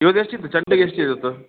ಇವತ್ತು ಎಷ್ಟಿತ್ತು ಚೆಂಡಿಗೆ ಎಷ್ಟು ಇವತ್ತು